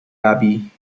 abbey